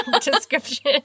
description